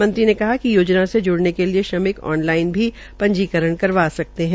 मंत्री ने कहा कि योजना से ज्इने के लिये श्रमिक ऑन लाइन भी पंजीकरण करवा सकते है